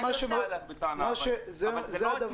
אני לא בא אלייך בטענה אבל זה צריך להיות